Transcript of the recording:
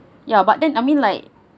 ya but then I mean like